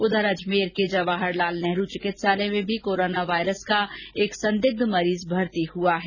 उधर अजमेर के जवाहर लाल नेहरू चिकित्सालय में भी कोरोना वाइरस का एक संदिग्ध मरीज भर्ती कराया गया है